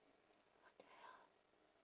what the hell